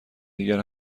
دیگر